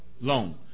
loan